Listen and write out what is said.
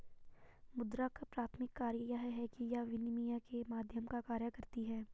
मुद्रा का प्राथमिक कार्य यह है कि यह विनिमय के माध्यम का कार्य करती है